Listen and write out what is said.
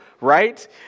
right